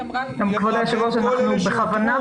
--- בכוונה,